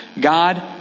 God